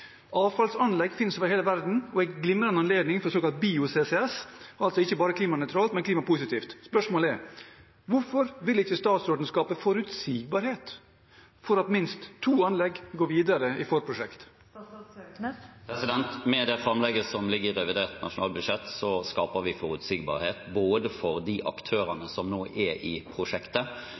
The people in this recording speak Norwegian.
Avfallsanlegg finnes over hele verden. Her er en glimrende anledning for såkalt bio-CCS, altså ikke bare klimanøytralt, men klimapositivt. Spørsmålet er: Hvorfor vil ikke statsråden skape forutsigbarhet for at minst to anlegg går videre i forprosjekt? Med framlegget som ligger i revidert nasjonalbudsjett, skaper vi forutsigbarhet for de aktørene som nå er i prosjektet.